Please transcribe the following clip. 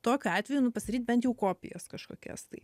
tokiu atveju nu pasidaryt bent jau kopijas kažkokias tai